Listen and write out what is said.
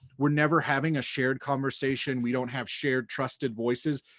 we're never having a shared conversation, we don't have shared trusted voices,